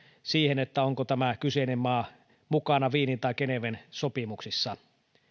siihen onko tämä kyseinen maa mukana wienin tai geneven sopimuksissa